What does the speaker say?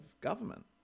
government